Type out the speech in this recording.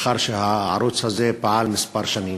לאחר שהערוץ הזה פעל כמה שנים.